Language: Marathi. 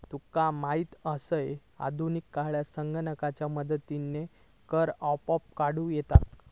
तुका माहीतच आसा, आधुनिक काळात संगणकाच्या मदतीनं कर आपोआप काढूक येता